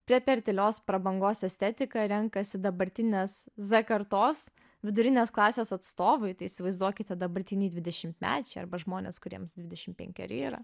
prie per tylios prabangos estetiką renkasi dabartinės z kartos vidurinės klasės atstovai tai įsivaizduokite dabartiniai dvidešimtmečiai arba žmonės kuriems dvidešimt penkeri yra